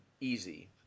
easy